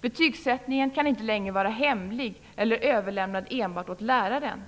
Betygssättningen kan inte längre vara hemlig eller överlämnad enbart åt läraren.